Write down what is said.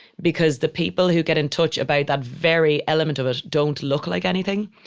because the people who get in touch about that very element of it don't look like anything.